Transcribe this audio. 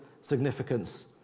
significance